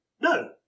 no